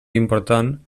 important